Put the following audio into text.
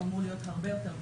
זה אמור להיות הרבה יותר פשוט,